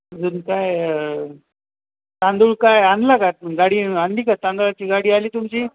अजून काय तांदूळ काय आणला का गाडी आणली का तांदळाची गाडी आली तुमची